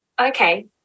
Okay